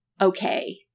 okay